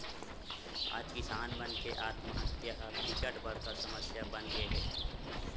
आज किसान मन के आत्महत्या ह बिकट बड़का समस्या बनगे हे